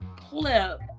clip